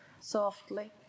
softly